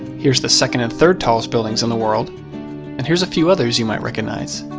here's the second and third tallest buildings in the world. and here's a few others you might recognize.